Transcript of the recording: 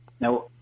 Now